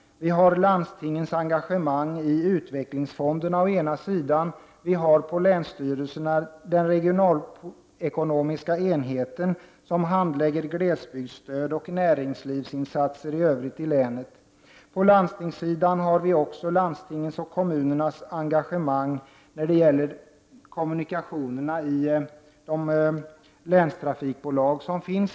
Vi har landstingens engagemang i utvecklingsfonderna å den ena sidan, och vi har på länsstyrelserna den regionala ekonomiska enheten som handlägger glesbygdsstöd och näringslivsinsatser i övrigt å den andra. På landstingssidan har vi också landstingens och kommunernas engagemang när det gäller kommunikationerna i länstrafikbolagen å den ena sidan.